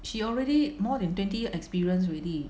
she already more than twenty year experience already